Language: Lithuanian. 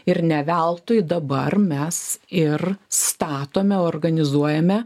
ir ne veltui dabar mes ir statome organizuojame